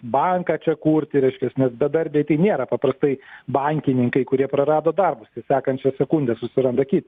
banką čia kurti reiškias nes bedarbiai tai nėra paprastai bankininkai kurie prarado darbus ir sekančią sekundę susiranda kitą